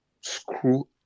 screw